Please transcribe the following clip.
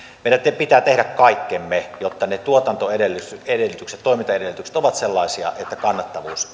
meidän pitää tehdä kaikkemme jotta ne tuotantoedellytykset toimintaedellytykset ovat sellaisia että kannattavuus